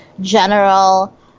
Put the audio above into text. general